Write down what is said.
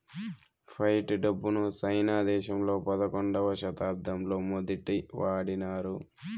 fight డబ్బును China దేశంలో పదకొండవ శతాబ్దంలో మొదటి వాడినారు